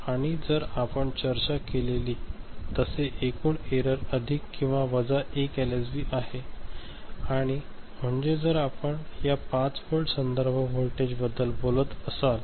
आणि जसे आपण चर्चा केलेली तसे एकूण एरर अधिक किंवा वजा 1 एलएसबी आहे आणि म्हणजे जर आपण या 5 व्होल्ट संदर्भ वोल्टेज बद्दल बोलत असाल